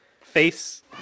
Face